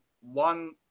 one